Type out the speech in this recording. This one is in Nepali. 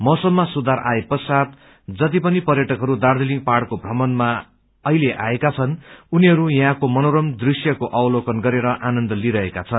मौसममा सुधार आए पश्चात जतिपनि पर्यटकहरू दार्जीलिङ पहाइको थ्रमणमा अहिले आएका छन् उनीहरू ययहँको मनोरम दृश्यको अक्लोकन गरेर आनन्द लिइरहेका छन्